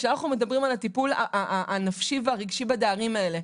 כשאנחנו מדברים על הטיפול הנפשי והרגשי בדיירים האלה,